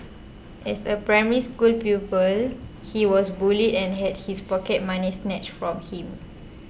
as a Primary School pupil he was bullied and had his pocket money snatched from him